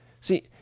See